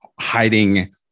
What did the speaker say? hiding